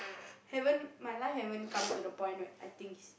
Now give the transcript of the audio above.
haven't my life haven't come to the point where I think is